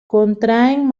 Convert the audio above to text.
contraen